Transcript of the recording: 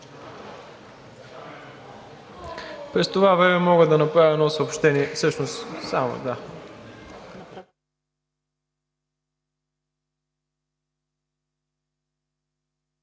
През това време мога да направя едно съобщение